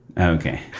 okay